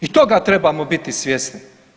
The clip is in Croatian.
I toga trebamo biti svjesni.